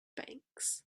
banks